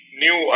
new